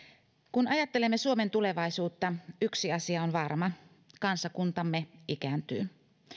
kun ajattelemme suomen tulevaisuutta yksi asia on varma kansakuntamme ikääntyy